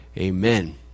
Amen